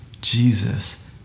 Jesus